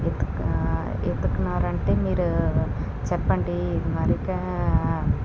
ఎత్తుకు ఎత్తుకున్నారంటే మీరు చెప్పండి ఈ మారిగా